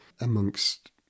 amongst